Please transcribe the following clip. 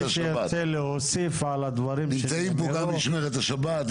מי שירצה להוסיף על הדברים שלו -- נמצאים פה גם משמרת השבת,